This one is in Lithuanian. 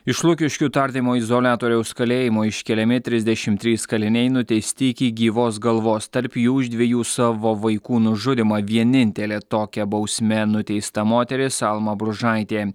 iš lukiškių tardymo izoliatoriaus kalėjimo iškeliami trisdešimt trys kaliniai nuteisti iki gyvos galvos tarp jų už dviejų savo vaikų nužudymą vienintelė tokia bausme nuteista moteris alma bružaitė